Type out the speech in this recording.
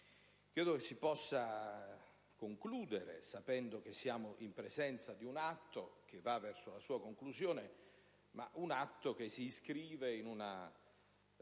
sviluppo, si possa concludere sapendo che siamo in presenza di un atto che va verso la sua conclusione e che si inscrive in una